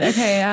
Okay